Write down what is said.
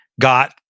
got